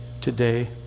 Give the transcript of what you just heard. Today